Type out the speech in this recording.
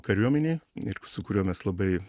kariuomenėj ir su kuriuo mes labai